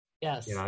yes